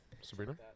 Sabrina